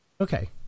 Okay